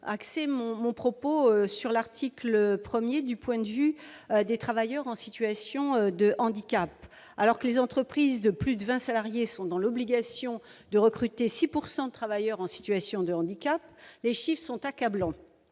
axer mon propos sur l'article 1 du point de vue des travailleurs en situation de handicap. Alors que les entreprises de plus de vingt salariés sont dans l'obligation de recruter 6 % de travailleurs en situation de handicap, les chiffres sont accablants